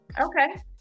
Okay